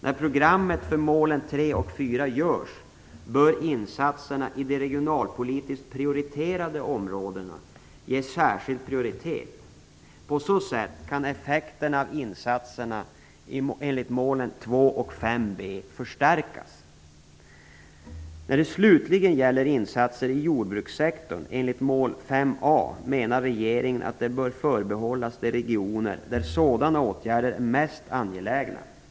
När programmet för målen 3 och 4 görs bör insatserna i de regionalpolitiskt prioriterade områdena ges särskild prioritet. På så sätt kan effekterna av insatserna enligt målen 2 och 5b förstärkas. När det slutligen gäller insatser i jordbrukssektorn enligt mål 5a menar regeringen att de bör förbehållas de regioner där sådana åtgärder är mest angelägna.